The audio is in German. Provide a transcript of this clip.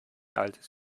altes